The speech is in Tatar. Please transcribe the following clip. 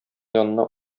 янына